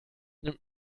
nimmt